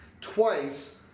twice